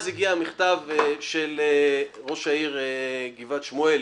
אז הגיע המכתב של ראש העיר גבעת שמואל.